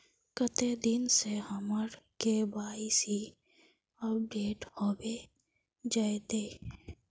कते दिन में हमर के.वाई.सी अपडेट होबे जयते?